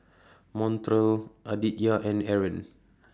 Montrell Aditya and Eryn